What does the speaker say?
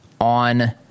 on